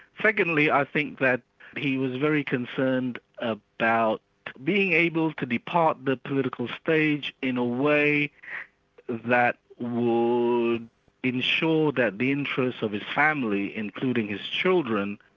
secondly, i think that he was very concerned about being able to be part of the political stage in a way that would ensure that the interests of his family, including his children,